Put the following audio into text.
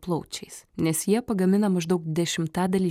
plaučiais nes jie pagamina maždaug dešimtadalį